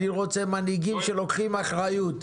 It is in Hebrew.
אני רוצה מנהיגים שלוקחים אחריות.